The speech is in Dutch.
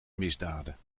misdaden